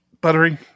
buttery